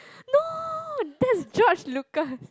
no that's George-Lucas